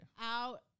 Out